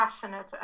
passionate